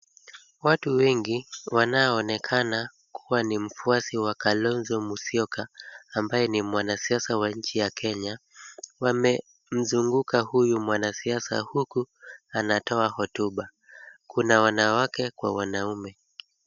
Watu wengi wanaoonekana kuwa ni wafuasi wa kalonzo msyoka ambaye ni mwanasiasa wa nchi ya kenya wamemzunguka huyu mwanasiasa huku anatoa hotuba. Kuna wanawake kwa wanaume.